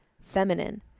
feminine